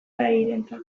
bairentzat